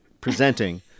presenting